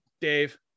Dave